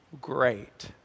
great